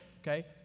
Okay